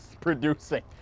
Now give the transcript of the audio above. producing